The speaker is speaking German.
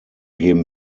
geben